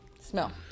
Smell